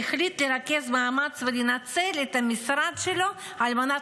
והחליט לרכז מאמץ ולנצל את המשרד שלו על מנת